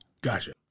Gotcha